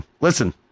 listen